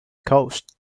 cost